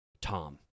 Tom